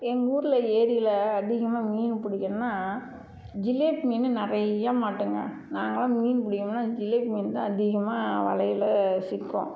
எங்கூரில் ஏரியில் அதிகமாக மீன் பிடிக்கணுன்னா ஜிலேபி மீன் நிறையா மாட்டுங்க நாங்கள்லாம் மீன் பிடிக்க போனால் ஜிலேபி மீன் தான் அதிகமாக வலையில் சிக்கும்